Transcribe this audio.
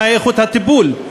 מאיכות הטיפול.